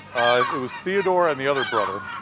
it was theodore and the other brother.